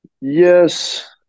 Yes